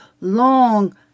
long